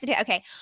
Okay